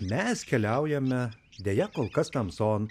mes keliaujame deja kol kas tamson